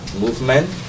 movement